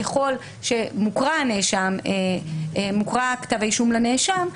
ככל שמוקרא כתב האישום לנאשם,